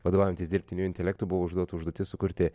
vadovaujantis dirbtiniu intelektu buvo užduota užduotis sukurti